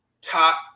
top